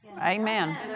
Amen